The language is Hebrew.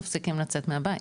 מפסיקים לצאת מהבית,